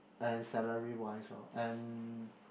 and salary wise lor and